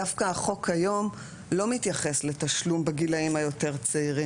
דווקא החוק היום לא מתייחס לתשלום בגילאים היותר צעירים,